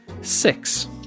six